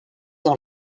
dans